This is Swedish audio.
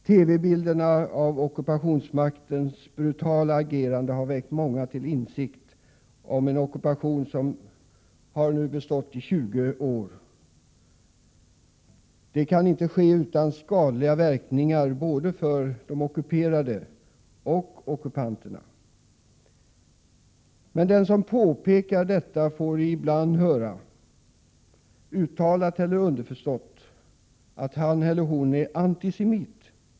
TV-bilderna från ockupationsmaktens brutala agerande har väckt många till insikt om en ockupation som har bestått i 20 år. En sådan ockupation kan inte ske utan skadliga verkningar för både de ockuperade och för ockupanterna. Den som påpekar detta får ibland höra, uttalat eller underförstått, att han eller hon är antisemit.